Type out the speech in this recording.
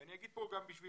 ואני אומר כאן בסוגריים